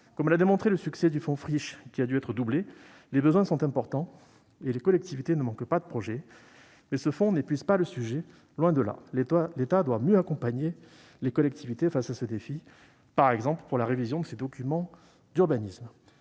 Comme l'a démontré le succès du fonds pour le recyclage des friches qui a dû être doublé, les besoins sont importants et les collectivités ne manquent pas de projets. Toutefois, ce fonds n'épuise pas le sujet, tant s'en faut. L'État doit mieux accompagner les collectivités face à ces défis, par exemple pour la révision de leurs documents d'urbanisme.